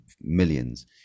millions